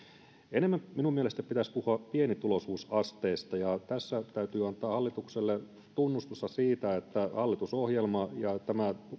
enemmän minun mielestäni pitäisi puhua pienituloisuusasteesta ja tässä täytyy antaa hallitukselle tunnustusta siitä että hallitusohjelma ja tämä